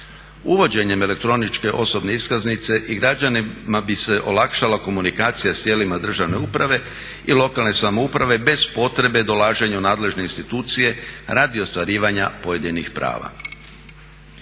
Uvođenjem elektroničke osobne iskaznice i građanima bi se olakšala komunikacija s tijelima državne uprave i lokalne samouprave bez potrebe dolaženja u nadležne institucije radi ostvarivanja pojedinih prava.